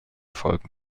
folgen